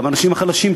גם האנשים החלשים,